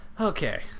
Okay